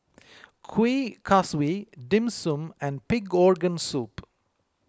Kuih Kaswi Dim Sum and Pig Organ Soup